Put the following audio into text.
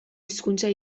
hizkuntza